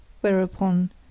Whereupon